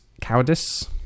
cowardice